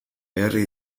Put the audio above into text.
herri